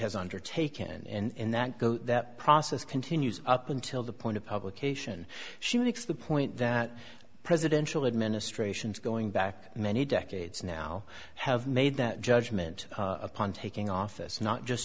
has undertaken and that go that process continues up until the point of publication she makes the point that presidential had and a stray sions going back many decades now have made that judgment upon taking office not just